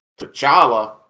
T'Challa